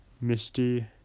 Misty